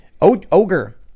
Ogre